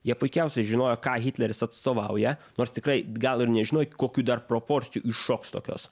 jie puikiausiai žinojo ką hitleris atstovauja nors tikrai gal ir nežinojo kokių dar proporcijų iššoks tokios